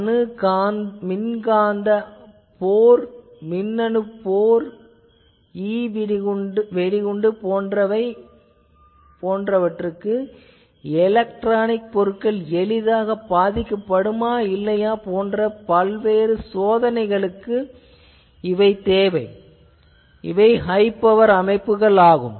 அணு மின்காந்த துடிப்பு மின்னணு போர் E வெடிகுண்டு போன்றவற்றுக்கு எலெக்ட்ரானிக் பொருட்கள் எளிதில் பாதிக்கப்படுமா இல்லையா போன்ற பாதிப்பு சோதனைகள் தேவை இவை ஹை பவர் அமைப்புகள் ஆகும்